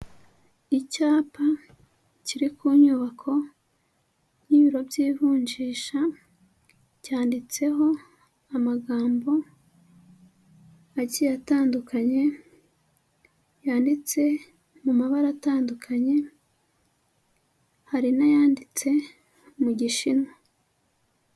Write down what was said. Icyapa kiri ku nyubako y'ibiro by'ivunjisha, cyanditseho amagambo agiye, atandukanye yanditse mu mabara atandukanye, hari n'ayanditse mu Gishinwa.